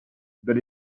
that